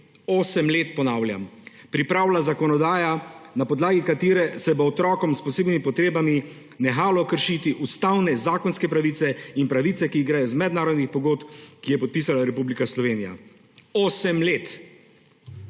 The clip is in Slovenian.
že 8 let, ponavljam, 8 let pripravlja zakonodaja, na podlagi katere se bo otrokom s posebnimi potrebami nehalo kršiti ustavne zakonske pravice in pravice, ki gredo iz mednarodnih pogodb, ki jih je podpisala Republika Slovenija. Osem let.